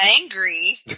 angry